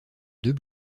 deux